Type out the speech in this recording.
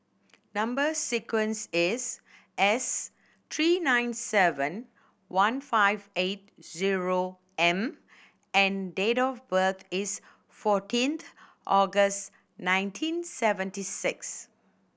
number sequence is S three nine seven one five eight zero M and date of birth is fourteenth August nineteen seventy six